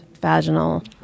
vaginal